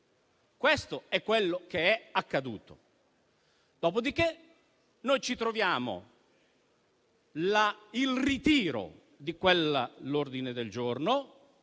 Questo è quello che è accaduto. Dopodiché ci siamo trovati di fronte al ritiro di quell'ordine del giorno.